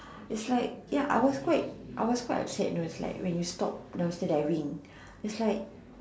it's like ya I was I was quite upset you know when you stop dumpster diving is like